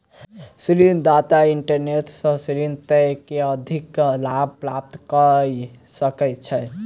ऋण दाता इंटरनेट सॅ ऋण दय के अधिक लाभ प्राप्त कय सकै छै